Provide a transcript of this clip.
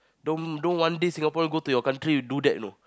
don't don't one day Singaporean go to your country you do that know